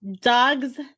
dog's